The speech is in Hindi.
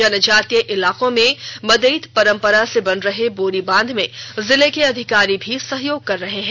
जनजातीय इलाकों में मदईत परंपरा से बन रहे बोरी बांध में जिले के अधिकारी भी सहयोग कर रहे हैं